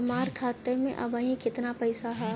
हमार खाता मे अबही केतना पैसा ह?